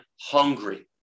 hungry